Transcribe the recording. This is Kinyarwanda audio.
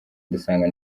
dusanga